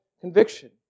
conviction